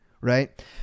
Right